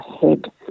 head